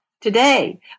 today